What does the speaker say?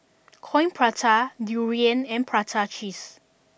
Coin Prata Durian and Prata Cheese